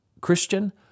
Christian